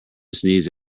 sneeze